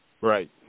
Right